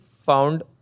found